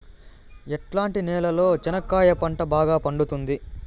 ఎట్లాంటి నేలలో చెనక్కాయ పంట బాగా పండుతుంది?